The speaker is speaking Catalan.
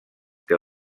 que